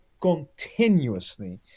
continuously